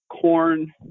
corn